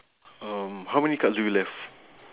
um how many cards do you left